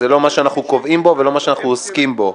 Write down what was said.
זה לא מה שאנחנו קובעים פה ולא מה שאנחנו עוסקים פה.